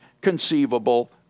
conceivable